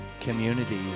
community